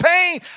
pain